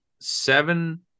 seven